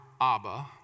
Abba